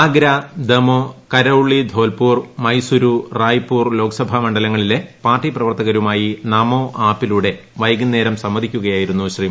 ആഗ്ര ദമോ കരൌളി ധോൽപൂർ മൈസുരു റായ്പൂർ ലോക്സഭ മണ്ഡലങ്ങളിലെ പാർട്ടി പ്രവർത്തകരുമായി നമോ ആപ്പിലൂടെ വൈകുന്നേരം സംവദിക്കുകയായിരുന്നു ശ്രീ